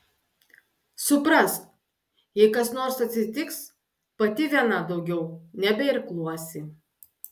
suprask jei kas nors atsitiks pati viena daugiau nebeirkluosi